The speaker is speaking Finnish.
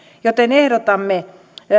joten ehdotamme